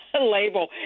label